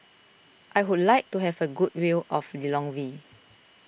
I would like to have a good view of Lilongwe